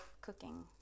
cooking